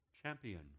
Champion